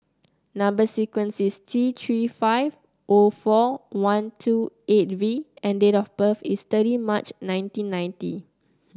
number sequence is T Three five O four one two eight V and date of birth is thirty March nineteen ninety